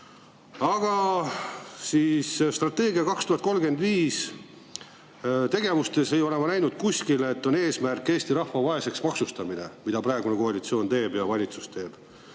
Aga "Strateegia 2035" tegevustes ei ole ma näinud kuskil, et on eesmärk Eesti rahva vaeseks maksustamine, mida praegune koalitsioon teeb ja valitsus teeb.